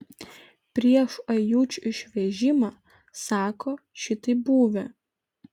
prieš ajučių išvežimą sako šitaip buvę